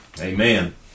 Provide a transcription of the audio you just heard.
Amen